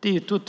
Du kan